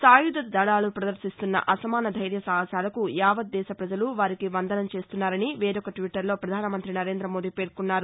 సాయుధ దళాలు ప్రదర్శిస్తున్న అసమాన ధైర్య సాహసాలకు యావత్ దేశ పజలు వారికి వందనం చేస్తున్నారని వేరాక ట్విట్లర్లో ప్రధాన మంతి నరేంద మోదీ పేర్కొన్నారు